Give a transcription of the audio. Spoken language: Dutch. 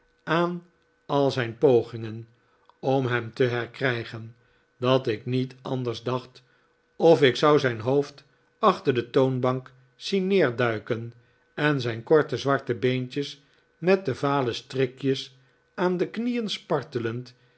aan al zijn pogingen om hem te herkrijgen dat ik niet anders dacht of ik zou zijn hoofd achter de toonbank zien neerduiken en zijn korte zwarte beentjes met de vale strikjes aan de knieen spartelend